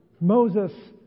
Moses